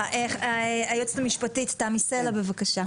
היועצת המשפטית תמי סלע, בבקשה.